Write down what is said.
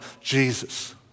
Jesus